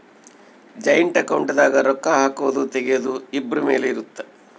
joint account ದಾಗ ರೊಕ್ಕ ಹಾಕೊದು ತೆಗಿಯೊದು ಇಬ್ರು ಮೇಲೆ ಇರುತ್ತ